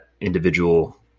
individual